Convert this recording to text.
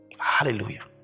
Hallelujah